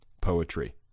poetry